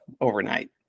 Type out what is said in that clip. overnight